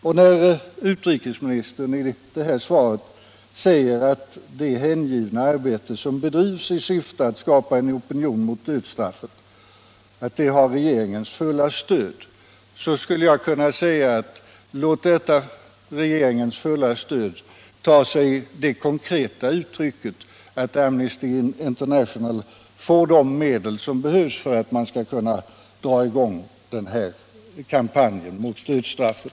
Och när utrikesministern i svaret anför att det hängivna arbete som bedrivs i syfte att skapa en opinion mot dödsstraffet har regeringens fulla stöd skulle jag kunna säga: Låt detta regeringens fulla stöd ta sig det konkreta uttrycket att Amnesty International får de medel som behövs för att kunna dra i gång den här kampanjen mot dödsstraffet!